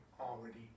already